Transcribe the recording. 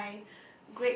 my